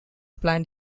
plant